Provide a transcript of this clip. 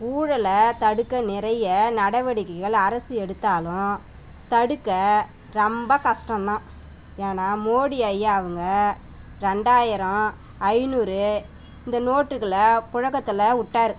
ஊழலை தடுக்க நிறைய நடவடிக்கைகள் அரசு எடுத்தாலும் தடுக்க ரொம்ப கஸ்டம் தான் ஏன்னா மோடி ஐயா அவங்க ரெண்டாயிரம் ஐந்நூறு இந்த நோட்டுக்களை புழக்கத்தில் விட்டாரு